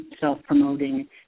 self-promoting